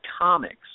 comics